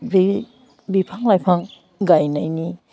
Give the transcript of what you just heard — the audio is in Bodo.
बे बिफां लाइफां गाइनायनि